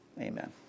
amen